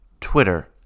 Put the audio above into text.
Twitter